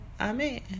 amen